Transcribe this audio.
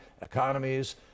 economies